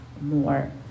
more